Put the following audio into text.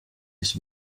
ich